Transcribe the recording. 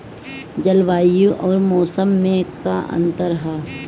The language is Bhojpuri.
जलवायु अउर मौसम में का अंतर ह?